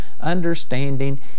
understanding